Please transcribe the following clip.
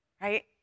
right